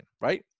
right